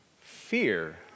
Fear